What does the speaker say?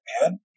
man